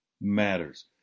matters